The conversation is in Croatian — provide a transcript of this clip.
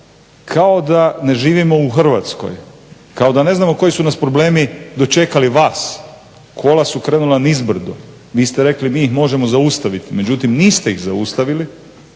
kao da ne živimo u Hrvatskoj, kao da ne znamo koji su nas problemi dočekali vas, kola su krenula nizbrdo, vi ste rekli mi ih možemo zaustaviti. Međutim niste ih zaustavili.